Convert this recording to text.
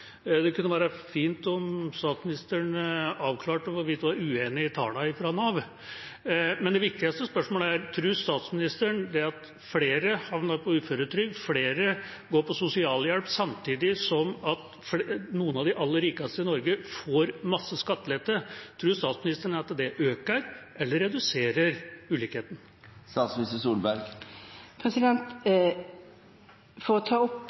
Det kunne være fint om statsministeren avklarte hvorvidt hun er uenig i tallene fra Nav. Men det viktigste spørsmålet er: Tror statsministeren at det at flere havner på uføretrygd og flere går på sosialhjelp, samtidig som at noen av de aller rikeste i Norge får masse skattelette, øker eller reduserer ulikhetene? For å ta opp